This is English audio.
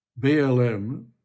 BLM